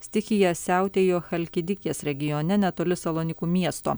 stichija siautėjo chalkidikės regione netoli salonikų miesto